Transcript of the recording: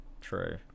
true